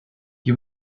you